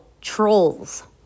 trolls